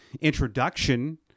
introduction